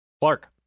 Clark